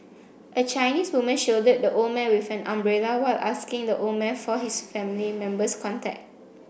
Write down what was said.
a Chinese woman shielded the old man with an umbrella while asking the old man for his family member's contact